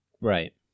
Right